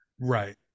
Right